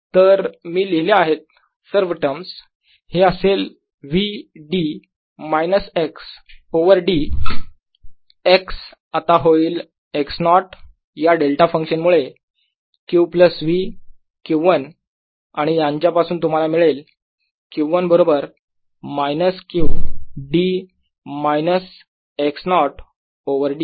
तर मी लिहिल्या आहेत सर्व टर्म्स हे असेल V d minus x over d x आता होईल x नॉट या डेल्टा फंक्शन मुळे Q प्लस V Q1 आणि यांच्यापासून तुम्हाला मिळेल Q1 बरोबर minus Q d minus x0 over d